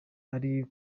ari